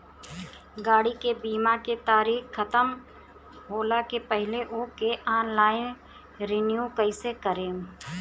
गाड़ी के बीमा के तारीक ख़तम होला के पहिले ओके ऑनलाइन रिन्यू कईसे करेम?